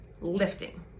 lifting